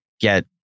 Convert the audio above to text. get